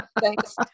thanks